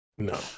No